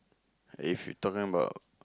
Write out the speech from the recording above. and if you talking about